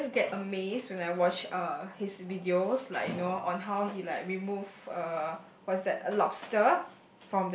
but I always get amazed when I watch uh his videos like you know on how he like remove uh what's that a lobster